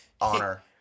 honor